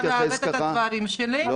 אתה מעוות את הדברים שלי.